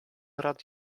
rad